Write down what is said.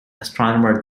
astronomer